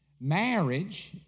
Marriage